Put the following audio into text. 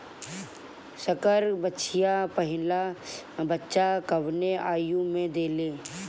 संकर बछिया पहिला बच्चा कवने आयु में देले?